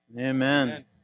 Amen